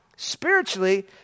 Spiritually